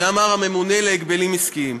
זה אמר הממונה על ההגבלים העסקיים.